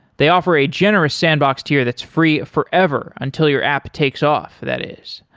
they offer a generous sandbox to you that's free forever until your app takes off that is.